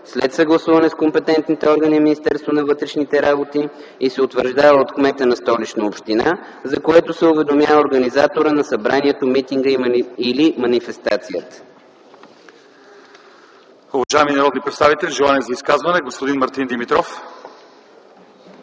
след съгласуване с компетентните органи и Министерството на вътрешните работи и се утвърждава от кмета на Столична община, за което се уведомява организаторът на събранието, митинга или манифестацията.”